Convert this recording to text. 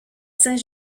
saint